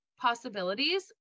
possibilities